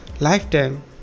lifetime